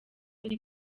uzi